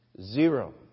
Zero